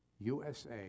USA